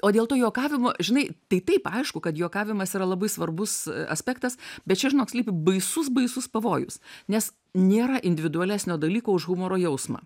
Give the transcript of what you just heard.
o dėl to juokavimo žinai tai taip aišku kad juokavimas yra labai svarbus aspektas bet čia žinok slypi baisus baisus pavojus nes nėra individualesnio dalyko už humoro jausmą